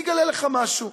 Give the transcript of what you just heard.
אני אגלה לך משהו